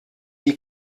die